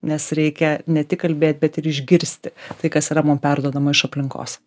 nes reikia ne tik kalbėt bet ir išgirsti tai kas yra mum perduodama iš aplinkos